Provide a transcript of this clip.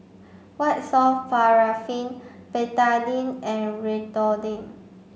white soft paraffin Betadine and Redoxon